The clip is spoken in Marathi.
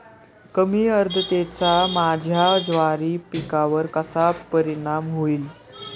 कमी आर्द्रतेचा माझ्या ज्वारी पिकावर कसा परिणाम होईल?